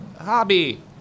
hobby